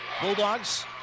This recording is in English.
Bulldogs